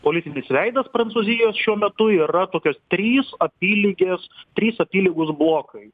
politinis veidas prancūzijos šiuo metu yra tokios trys apylygės trys apylygūs blokai